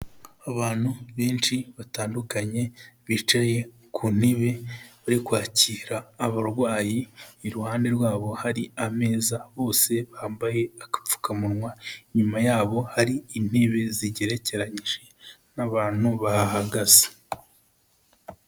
Abantu benshi batandukanye bicaye ku ntebe bari kwakira abarwayi, iruhande rwabo hari ameza bose bambaye agapfukamunwa, inyuma yabo hari intebe zigerekeranyije n'abantu bahahagaze.